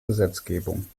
gesetzgebung